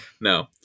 No